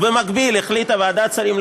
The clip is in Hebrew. יופי, עכשיו אפשר להמשיך.